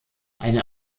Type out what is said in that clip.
eine